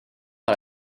par